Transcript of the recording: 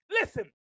Listen